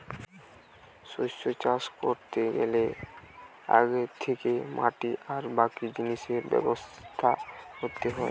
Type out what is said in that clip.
শস্য চাষ কোরতে গ্যালে আগে থিকে মাটি আর বাকি জিনিসের ব্যবস্থা কোরতে হয়